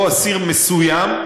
או אסיר מסוים,